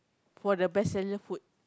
for the best seller food